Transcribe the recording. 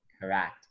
Correct